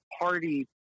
party